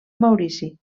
maurici